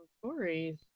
stories